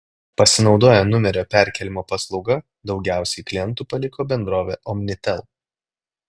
pasinaudoję numerio perkėlimo paslauga daugiausiai klientų paliko bendrovę omnitel